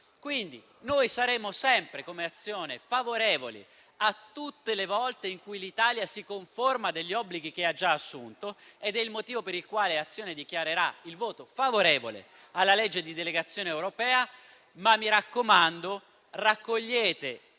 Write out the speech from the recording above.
Azione saremo sempre favorevoli tutte le volte in cui l'Italia si conformerà a obblighi che ha già assunto - ed è il motivo per il quale dichiaro il voto favorevole alla legge di delegazione europea - ma mi raccomando: raccogliete